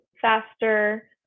faster